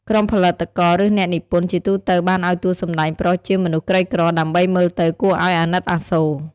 ក្រុមផលិតករ ឬអ្នកនិពន្ធជាទូទៅបានឲ្យតួសម្ដែងប្រុសជាមនុស្សក្រីក្រ ដើម្បីមើលទៅគួរឲ្យអាណិតអាសូរ ។